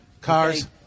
Cars